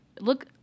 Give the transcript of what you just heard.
Look